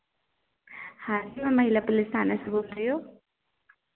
हाँ जी मैं महिला पुलिस थाने से बोल रही हूँ